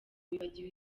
wibagiwe